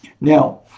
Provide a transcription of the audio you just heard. Now